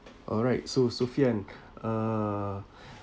alright so sophian err